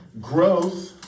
growth